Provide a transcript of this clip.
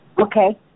Okay